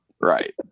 Right